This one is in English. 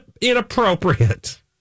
inappropriate